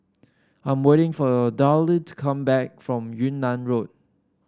I'm waiting for Daryle to come back from Yunnan Road